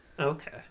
Okay